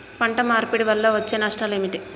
పంట మార్పిడి వల్ల వచ్చే నష్టాలు ఏమిటి?